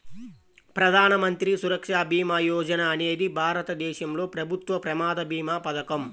ప్రధాన మంత్రి సురక్ష భీమా యోజన అనేది భారతదేశంలో ప్రభుత్వ ప్రమాద భీమా పథకం